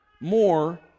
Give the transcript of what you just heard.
more